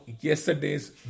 yesterday's